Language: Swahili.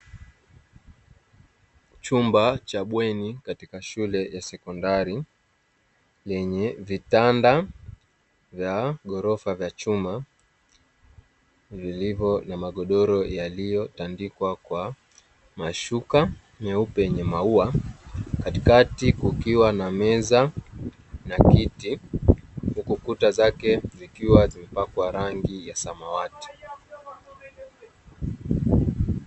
Chumba cha bweni katika shule ya sekondari yenye vitanda vya gorofa za chuma ilivyo na magodoro yaliyo tandikwa kwa mashuka meupe yenye maua katikati, kukiwa na meza na kiti hukukuta zake zikiwa zipakwa rangi ya samawati.